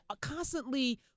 constantly